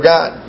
God